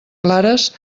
clares